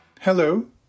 Hello